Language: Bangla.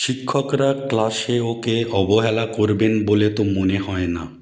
শিক্ষকরা ক্লাসে ওকে অবহেলা করবেন বলে তো মনে হয় না